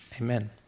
Amen